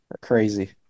crazy